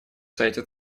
сайте